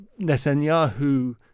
Netanyahu